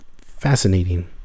Fascinating